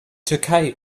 türkei